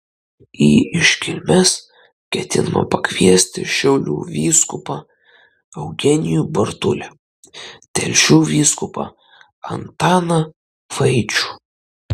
į iškilmes ketinama pakviesti šiaulių vyskupą eugenijų bartulį telšių vyskupą antaną vaičių